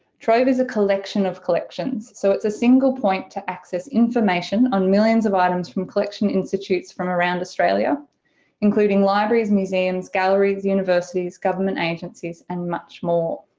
trove is a collection of collections. so it's a single point to access information on millions of items from collection institutes from around australia including libraries, museums, galleries, universities, government agencies and much more.